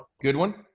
good one.